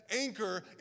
anchor